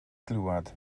glwad